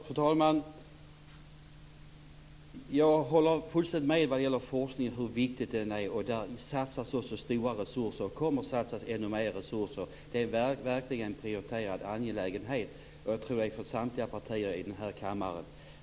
Fru talman! Jag håller fullständigt med om hur viktig forskningen är. Där satsas det stora resurser och kommer att satsas ännu mer resurser. Det tror jag är en verkligt prioriterad angelägenhet för samtliga i denna kammare.